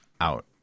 out